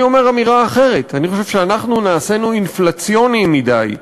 אני אומר אמירה אחרת: אני חושב שנעשינו אינפלציוניים מדי,